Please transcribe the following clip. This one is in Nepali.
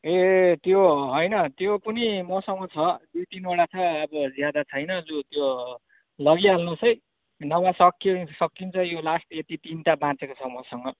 ए त्यो होइन त्यो पनि मसँग छ दुई तिनवटा छ अब ज्यादा छैन जो त्यो लगिहाल्नुहोस् है नभए सकियो सकिन्छ यो लास्ट यति तिनवटा बाँचेको छ मसँग